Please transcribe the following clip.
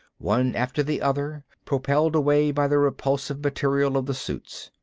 one after the other, propelled away by the repulsive material of the suits.